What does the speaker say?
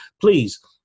please